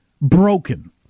broken